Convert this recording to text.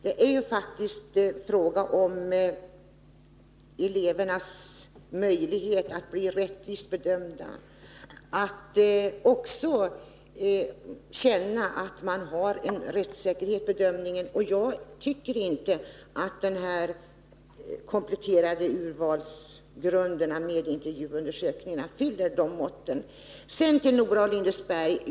Det är ju faktiskt fråga om elevernas möjlighet att bli rättvist bedömda och att känna att man har en rättssäkerhet i bedömningen. Jag tycker inte att de kompletterande urvalsgrunderna med intervjuundersökningar fyller de måtten. Så till Nora och Lindesberg.